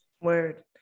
word